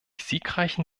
siegreichen